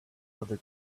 other